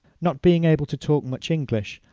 not being able to talk much english,